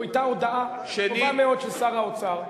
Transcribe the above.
היתה הודעה טובה מאוד של שר האוצר.